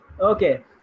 Okay